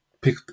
Pick